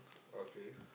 okay